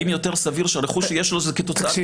האם יותר סביר שהרכוש שיש לו הוא כתוצאה